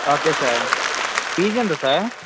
ఒకే sir fees ఎంత sir